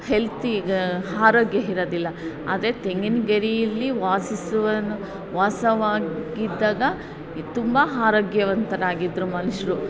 healthy ಆರೋಗ್ಯ ಇರೋದಿಲ್ಲ ಆದರೆ ತೆಂಗಿನ ಗರಿಯಲ್ಲಿ ವಾಸಿಸುವವನು ವಾಸವಾಗಿದ್ದಾಗ ತುಂಬ ಆರೋಗ್ಯವಂತರಾಗಿದ್ದರು ಮನುಷ್ರು